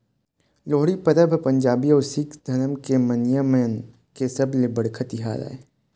लोहड़ी परब ह पंजाबी अउ सिक्ख धरम के मनइया मन के सबले बड़का तिहार आय